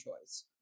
choice